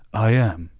i am,